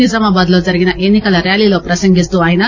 నిజామాబాద్ లో జరిగిన ఎన్పి కల ర్యాలీలో ప్రసంగిస్తూ ఆయన